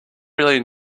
really